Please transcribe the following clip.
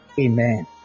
Amen